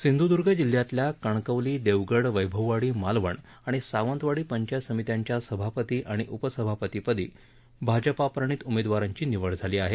सिंधूदर्ग जिल्ह्यातल्या कणकवली देवगड वैभववाडी मालवण आणि सावंतवाडी पंचायत समित्यांच्या सभापती आणि उपसभापतीपदी भाजपा प्रणीत उमेदवारांची निवड झाली आहे